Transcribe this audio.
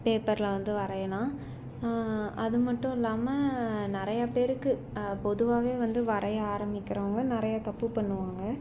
பேப்பர்ல வந்து வரையலாம் அதுமட்டும் இல்லாமல் நிறையா பேருக்கு பொதுவாகவே வந்து வரைய ஆரம்பிக்கிறவங்க நிறைய தப்பு பண்ணுவாங்க